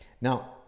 Now